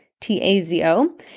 T-A-Z-O